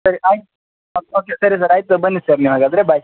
ಸರಿ ಆಯಿತು ಓಕೆ ಸರಿ ಸರ್ ಆಯಿತು ಬನ್ನಿ ಸರ್ ನೀವು ಹಾಗಾದರೆ ಬಾಯ್